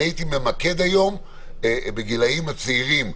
אני הייתי ממקד את הבדיקות הסרולוגיות בגילאים הצעירים,